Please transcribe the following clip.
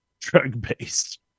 drug-based